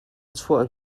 chuah